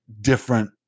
different